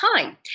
time